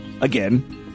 again